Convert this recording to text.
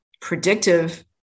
predictive